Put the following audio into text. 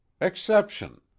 Exception